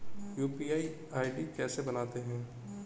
UPI ID कैसे बनाते हैं?